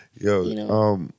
yo